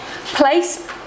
place